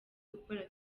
gukora